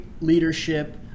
leadership